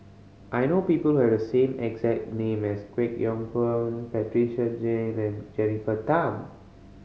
I know people who have the same exact name as Kwek Hong Png Patricia Chan and Jennifer Tham